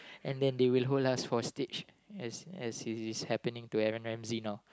and then they will hold us for stage as as it is happening to Aaron-Ramsey now